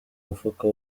mufuka